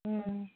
ꯎꯝ